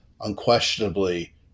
unquestionably